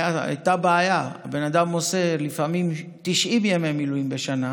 הייתה בעיה: הבן אדם עושה לפעמים 90 ימי מילואים בשנה